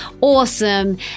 awesome